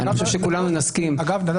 נדב,